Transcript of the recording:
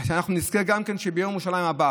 ושאנחנו נזכה גם שביום ירושלים הבא